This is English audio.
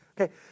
okay